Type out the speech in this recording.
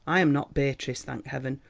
i am not beatrice, thank heaven,